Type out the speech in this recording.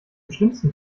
schlimmsten